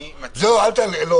אני מציע --- לא, אל תענה.